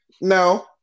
no